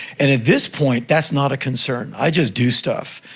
and at this point, that's not a concern. i just do stuff.